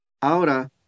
Ahora